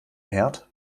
herd